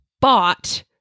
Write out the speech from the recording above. bought